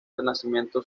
renacimiento